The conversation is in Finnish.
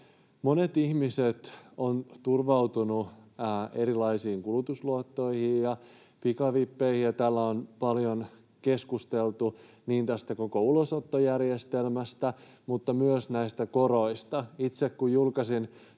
Monet ihmiset ovat turvautuneet erilaisiin kulutusluottoihin ja pikavippeihin, ja täällä on paljon keskusteltu niin koko ulosottojärjestelmästä kuin myös näistä koroista.